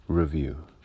Review